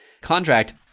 contract